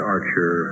Archer